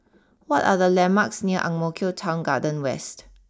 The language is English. what are the landmarks near Ang Mo Kio Town Garden West